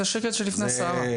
זה השקט שלפני הסערה.